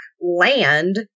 land